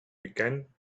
began